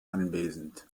anwesend